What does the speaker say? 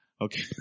Okay